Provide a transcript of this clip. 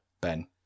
Ben